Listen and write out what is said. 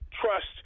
trust